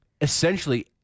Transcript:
essentially